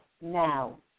now